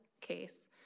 case